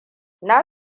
na